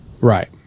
Right